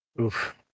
Oof